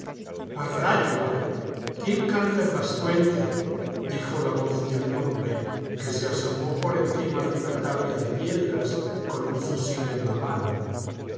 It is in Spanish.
quién canta en vascuence dijo la voz de un hombre que se asomo por encima de una tapia de piedras con un fusil en la mano